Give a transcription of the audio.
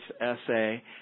essay